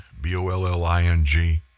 B-O-L-L-I-N-G